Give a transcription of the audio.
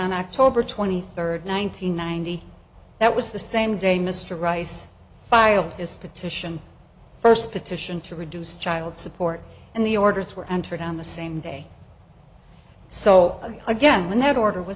on october twenty third one nine hundred ninety that was the same day mr rice filed his the titian first petition to reduce child support and the orders were entered on the same day so again when that order was